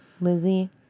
Lizzie